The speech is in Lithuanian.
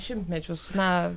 šimtmečius na